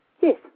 Yes